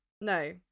No